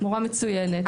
מורה מצוינת.